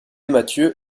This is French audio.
mathieu